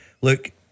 Look